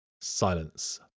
Silence